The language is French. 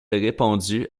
répondu